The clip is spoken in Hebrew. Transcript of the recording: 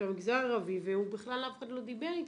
במגזר הערבי ובכלל אף אחד לא דיבר איתו.